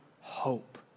hope